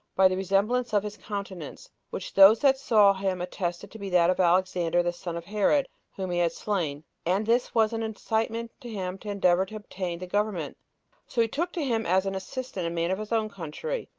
by the resemblance of his countenance, which those that saw him attested to be that of alexander, the son of herod, whom he had slain and this was an incitement to him to endeavor to obtain the government so he took to him as an assistant a man of his own country,